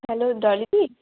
hello ডলিদি